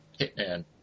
Hitman